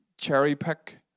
cherry-pick